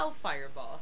Fireball